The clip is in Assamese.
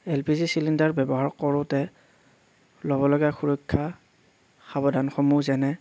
এল পি জি চিলিণ্ডাৰ ব্যৱহাৰ কৰোঁতে ল'বলগীয়া সুৰক্ষা সাৱধানসমূহ যেনে